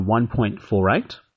1.48